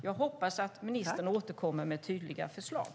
Jag hoppas att ministern återkommer med tydliga förslag.